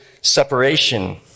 separation